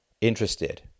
interested